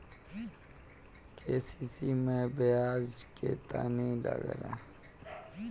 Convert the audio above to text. KCC मै ब्याज केतनि लागेला?